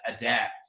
adapt